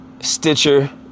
Stitcher